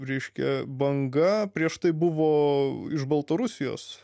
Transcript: reiškia banga prieš tai buvo iš baltarusijos